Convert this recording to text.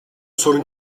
sorun